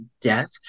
death